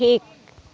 ᱴᱷᱤᱠ